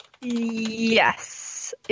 Yes